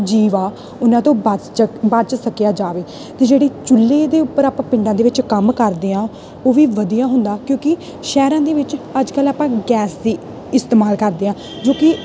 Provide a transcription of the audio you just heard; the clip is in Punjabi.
ਜੀਵ ਆ ਉਹਨਾਂ ਤੋਂ ਬਚ ਚਕ ਬਚ ਸਕਿਆ ਜਾਵੇ ਅਤੇ ਜਿਹੜੀ ਚੁੱਲ੍ਹੇ ਦੇ ਉੱਪਰ ਆਪਾਂ ਪਿੰਡਾਂ ਦੇ ਵਿੱਚ ਕੰਮ ਕਰਦੇ ਹਾਂ ਉਹ ਵੀ ਵਧੀਆ ਹੁੰਦਾ ਕਿਉਂਕਿ ਸ਼ਹਿਰਾਂ ਦੇ ਵਿੱਚ ਅੱਜ ਕੱਲ੍ਹ ਆਪਾਂ ਗੈਸ ਦੀ ਇਸਤੇਮਾਲ ਕਰਦੇ ਹਾਂ ਜੋ ਕਿ